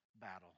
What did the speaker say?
battle